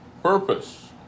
Purpose